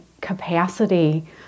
capacity